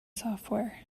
software